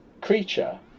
creature